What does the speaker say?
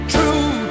True